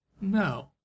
no